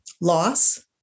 loss